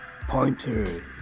pointer